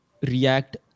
react